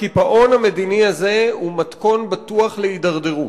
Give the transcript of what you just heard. הקיפאון המדיני הזה הוא מתכון בטוח להידרדרות.